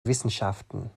wissenschaften